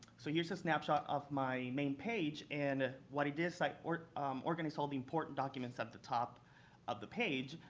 so here's a snapshot of my main page. and what i did is i organized all the important documents at the top of the page,